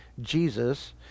Jesus